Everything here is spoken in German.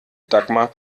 dagmar